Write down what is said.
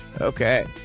Okay